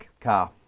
car